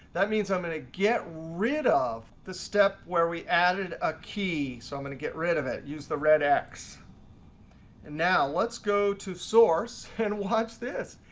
that means i'm going to get rid of the step where we added a key. so i'm going to get rid of it, use the red x. and now let's go to source and watch this.